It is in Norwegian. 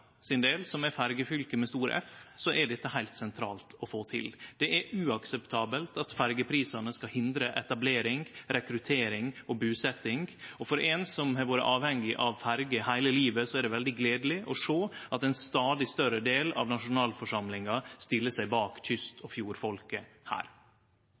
sin del, som er ferjefylket med stor F, er dette heilt sentralt å få til. Det er uakseptabelt at ferjeprisane skal hindre etablering, rekruttering og busetting. For ein som har vore avhengig av ferje heile livet, er det veldig gledeleg å sjå at ein stadig større del av nasjonalforsamlinga stiller seg bak kyst- og fjordfolket her.